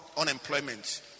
unemployment